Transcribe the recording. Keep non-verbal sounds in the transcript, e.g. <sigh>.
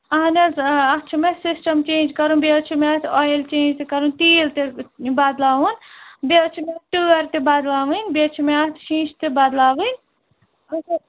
اَہَن حظ اَتھ چھِ مےٚ سِسٹَم چینج کَرُن بیٚیہِ حظ چھِ مےٚ اَتھ آیِل چینج تہِ کَرُن تیٖل تہِ حظ بدٕلاوُن بیٚیہِ حظ چھِ مےٚ اَتھ ٹٲر تہِ بدٕلاوٕنۍ بیٚیہِ حظ چھِ مےٚ اَتھ شٖشہٕ تہِ بَدٕلاوٕنۍ <unintelligible>